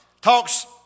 talks